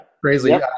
crazy